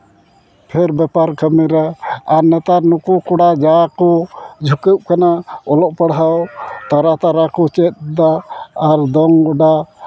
ᱯᱷᱮᱨ ᱵᱮᱯᱟᱨ ᱠᱟᱹᱢᱤ ᱨᱮ ᱟᱨ ᱱᱮᱛᱟᱨ ᱱᱩᱠᱩᱱ ᱠᱚᱲᱟ ᱡᱟ ᱠᱚ ᱡᱷᱩᱠᱟᱹᱜ ᱠᱟᱱᱟ ᱚᱞᱚᱜ ᱯᱟᱲᱦᱟᱣ ᱛᱟᱨᱟ ᱛᱟᱨᱟ ᱠᱚ ᱪᱮᱫ ᱫᱟ ᱟᱨ ᱫᱚᱱ ᱜᱚᱰᱟ